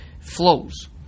flows